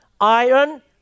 Iron